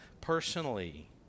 personally